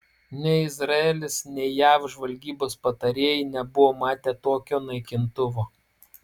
nei izraelis nei jav žvalgybos patarėjai nebuvo matę tokio naikintuvo